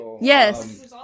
yes